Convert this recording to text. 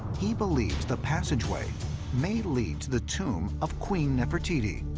he believes the passageway may lead to the tomb of queen nefertiti,